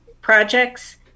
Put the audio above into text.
projects